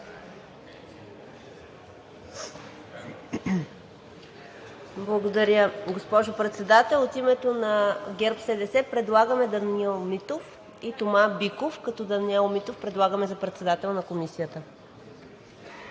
Благодаря, госпожо Председател. От името на ГЕРБ-СДС предлагаме Даниел Митов и Тома Биков, като Даниел Митов предлагаме за председател на Комисията.